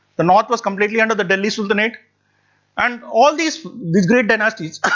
the north was completely under the delhi sultanate and all these these great dynasties,